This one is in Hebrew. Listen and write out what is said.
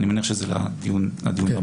אני מניח שזה לדיון הבא,